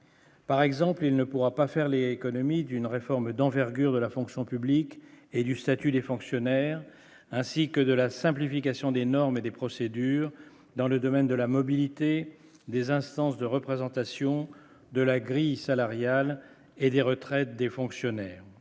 Par exemple, il ne pourra pas faire l'économie d'une réforme d'envergure de la fonction publique et du statut des fonctionnaires ainsi que de la simplification des normes et des procédures dans le domaine de la mobilité des instances de représentation de la grille salariale et des retraites des fonctionnaires,